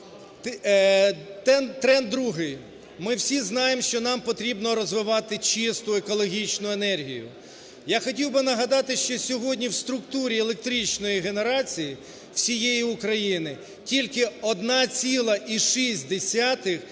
Тренд другий. Ми всі знаємо, що нам потрібно розвивати чисту екологічну енергію. Я хотів би нагадати, що сьогодні в структурі електричної генерації всієї України тільки 1,6